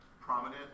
prominent